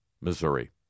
Missouri